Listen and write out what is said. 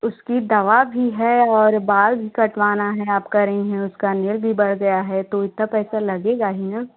उसकी दवा भी है और बाल भी कटवाना है आप कह रही हैं उसका नेल भी बढ़ गया है तो उतना पैसा लगेगा ही ना